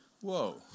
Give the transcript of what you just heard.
Whoa